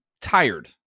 tired